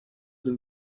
dem